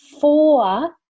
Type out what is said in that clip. four